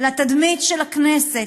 לתדמית של הכנסת,